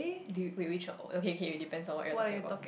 do you wait which one okay kay it depends on what we're talking about